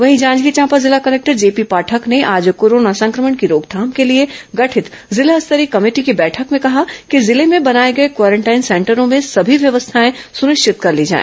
वहीं जांजगीर चांपा जिला collector JP Pathak ने आज कोरोना संक्रमण की रोकथाम के लिए गठित जिला स्तरीय कमेटी की बैठक में कहा कि जिले में बनाए गए क्वारेंटाइन सेंटरों में सभी व्यवस्थाएं सुनिश्चित कर लिया जाए